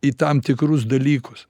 į tam tikrus dalykus